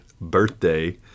birthday